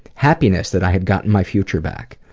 happiness that i had gotten my future back.